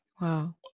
Wow